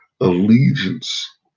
allegiance